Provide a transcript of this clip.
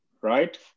right